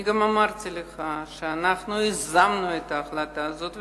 אני גם אמרתי לך שאנחנו יזמנו את ההחלטה הזאת,